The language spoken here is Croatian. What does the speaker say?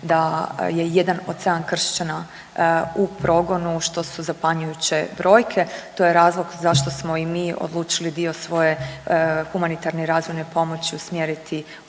da je jedan od 7 kršćana u progonu što su zapanjujuće brojke. To je razlog zašto smo i mi odlučili dio svoje humanitarne i razvojne pomoći usmjeriti